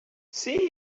see